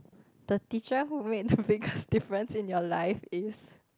the teacher who made the biggest difference in your life is